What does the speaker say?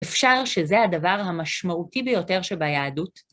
אפשר שזה הדבר המשמעותי ביותר שביהדות.